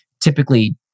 typically